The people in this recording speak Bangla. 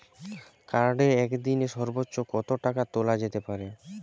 কার্ডে একদিনে সর্বোচ্চ কত টাকা তোলা যেতে পারে?